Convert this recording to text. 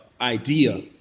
idea